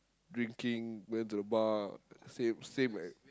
drinking went to the bar same same as